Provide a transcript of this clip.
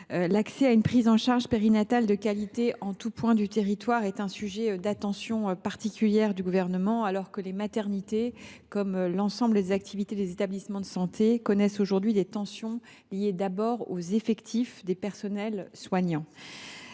L’accès à une prise en charge périnatale de qualité en tout point du territoire est un sujet d’attention particulière du Gouvernement, alors que les maternités, comme l’ensemble des activités des établissements de santé, connaissent aujourd’hui des tensions, liées principalement aux effectifs des soignants.